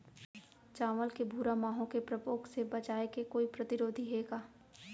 चांवल के भूरा माहो के प्रकोप से बचाये के कोई प्रतिरोधी हे का?